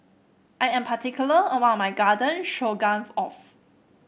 I am particular about my Garden Stroganoff